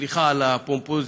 סליחה על הפומפוזיות.